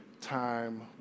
time